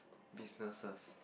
businesses